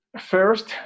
first